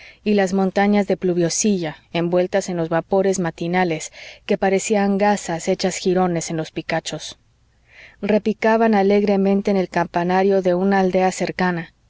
y las montañas de pluviosilla envueltas en los vapores matinales que parecían gasas hechas girones en los picachos repicaban alegremente en el campanario de una aldea cercana